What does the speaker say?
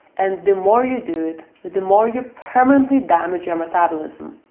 and the more you do it, the more you permanently damage your metabolism.